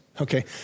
Okay